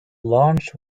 launch